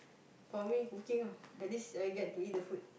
for me cooking ah at least I get to eat the food